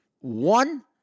one